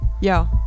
yo